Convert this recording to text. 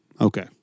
Okay